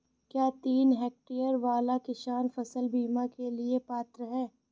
क्या तीन हेक्टेयर वाला किसान फसल बीमा के लिए पात्र हैं?